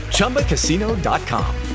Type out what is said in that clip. Chumbacasino.com